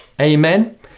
Amen